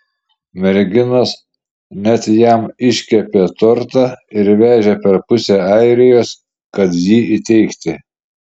merginos net jam iškepė tortą ir vežė per pusę airijos kad jį įteikti